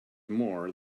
more